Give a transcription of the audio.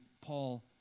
Paul